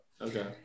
okay